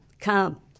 come